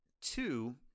two